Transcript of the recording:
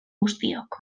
guztiok